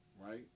right